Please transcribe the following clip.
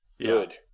good